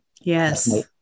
Yes